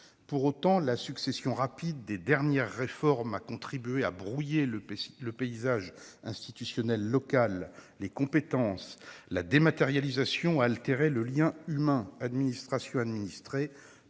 Pour autant, la succession rapide des dernières réformes a contribué à brouiller le paysage institutionnel local et les compétences de chacun. La dématérialisation a altéré le lien humain entre administration et administrés,